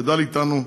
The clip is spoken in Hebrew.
גדל אתנו,